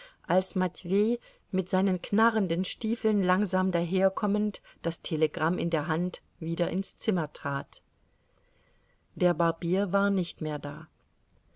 als matwei mit seinen knarrenden stiefeln langsam daherkommend das telegramm in der hand wieder ins zimmer trat der barbier war nicht mehr da